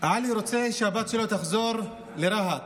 עלי רוצה שהבת שלו תחזור לרהט,